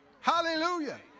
Hallelujah